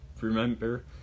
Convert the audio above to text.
remember